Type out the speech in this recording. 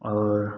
और